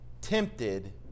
Tempted